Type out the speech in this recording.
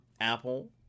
Apple